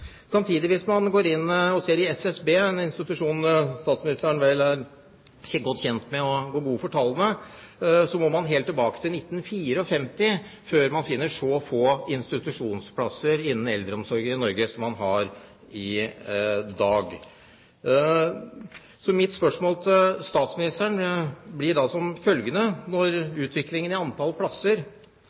Samtidig, hvis man går inn og ser på tall fra SSB, en institusjon statsministeren vel er godt kjent med, og går god for tallene, må man helt tilbake til 1954 før man finner så få institusjonsplasser innen eldreomsorgen i Norge som man har i dag. Mitt spørsmål til statsministeren blir da som følger: Når utviklingen i antall plasser